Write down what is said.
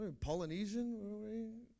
Polynesian